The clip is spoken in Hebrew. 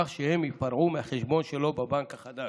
כך שהם ייפרעו מהחשבון שלו בבנק החדש.